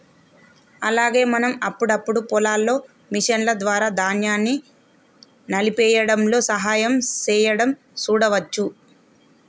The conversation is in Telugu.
అలాగే మనం అప్పుడప్పుడు పొలాల్లో మిషన్ల ద్వారా ధాన్యాన్ని నలిపేయ్యడంలో సహాయం సేయడం సూడవచ్చు